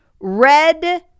red